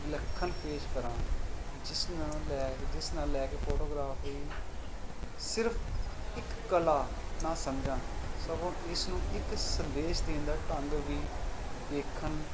ਵਿਲੱਖਣ ਪੇਸ਼ ਕਰਾਂ ਜਿਸ ਨਾਲ ਜਿਸ ਨਾਲ ਲੈ ਕੇ ਫੋਟੋਗ੍ਰਾਫੀ ਸਿਰਫ ਇੱਕ ਕਲਾ ਨਾ ਸਮਝਾ ਸਗੋਂ ਇਸ ਨੂੰ ਇੱਕ ਸੰਦੇਸ਼ ਦੇ ਅੰਦਰ ਢੰਗ ਵੀ ਦੇਖਣ